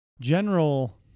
general